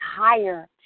higher